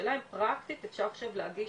השאלה היא פרקטית אפשר להגיש